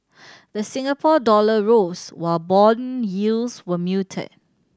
the Singapore dollar rose while bond yields were muted